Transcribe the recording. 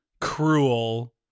cruel